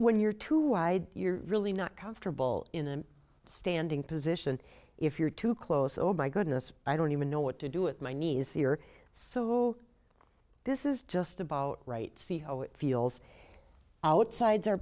wide you're really not comfortable in a standing position if you're too close oh by goodness i don't even know what to do with my knees here so this is just about right see how it feels outsides